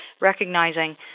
recognizing